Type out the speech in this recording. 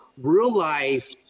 realize